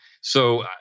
So-